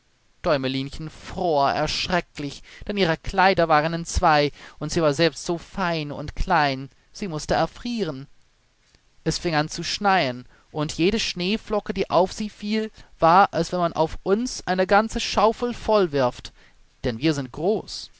däumelinchen fror erschrecklich denn ihre kleider waren entzwei und sie war selbst so fein und klein sie mußte erfrieren es fing an zu schneien und jede schneeflocke die auf sie fiel war als wenn man auf uns eine ganze schaufel voll wirft denn wir sind groß